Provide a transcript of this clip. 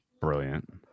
brilliant